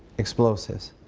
explosives.